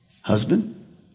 Husband